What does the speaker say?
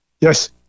Yes